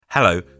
Hello